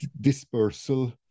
dispersal